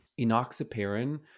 enoxaparin